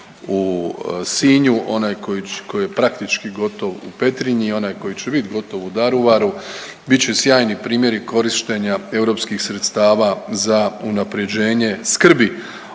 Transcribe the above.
u Sinju, onaj koji je praktički gotov u Petrinji i onaj koji će bit gotov u Daruvaru bit će sjajni primjeri korištenja EU sredstava za unaprjeđenje skrbi